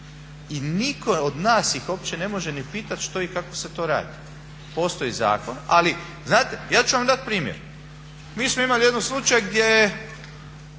I nitko od nas ih uopće ne može ni pitati što i kako se to radi. Postoji zakon, ali znate, ja ću vam dati primjer, mi smo imali jedan slučaj gdje